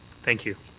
thank you.